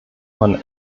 man